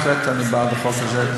בהחלט, אני בעד החוק הזה.